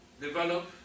develop